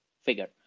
figure